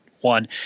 one